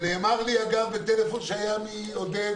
ונאמר לי, אגב, בטלפון שהיה מעודד